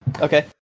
Okay